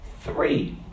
three